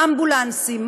אמבולנסים,